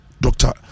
Doctor